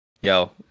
Yo